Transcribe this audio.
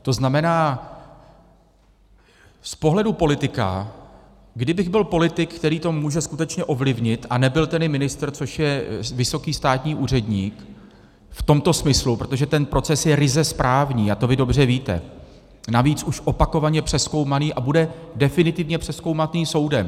To znamená, z pohledu politika, kdybych byl politik, který to může skutečně ovlivnit, a nebyl tedy ministr, což je vysoký státní úředník v tomto smyslu, protože ten proces je ryze správní, a to vy dobře víte, navíc už opakovaně přezkoumaný a bude definitivně přezkoumaný soudem.